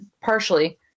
partially